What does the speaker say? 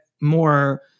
more